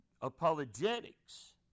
apologetics